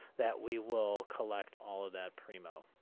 that we. will collect all of that primo